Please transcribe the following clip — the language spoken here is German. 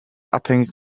abhängig